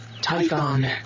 Typhon